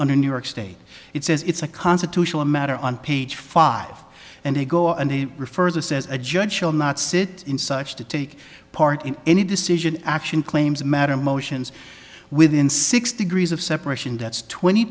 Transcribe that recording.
under new york state it says it's a constitutional matter on page five and they go and he refers a says a judge shall not sit in such to take part in any decision action claims matter motions within six degrees of separation that's twenty